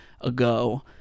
ago